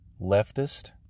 leftist